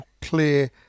clear